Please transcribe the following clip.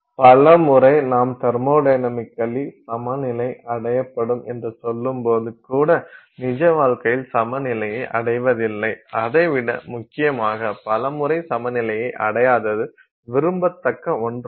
பல முறை நாம் தெர்மொடைனமிக்கலி சமநிலை அடையப்படும் என்று சொல்லும்போது கூட நிஜ வாழ்க்கையில் சமநிலையை அடைவதில்லை அதைவிட முக்கியமாக பல முறை சமநிலையை அடையாதது விரும்பத்தக்க ஒன்றாகும்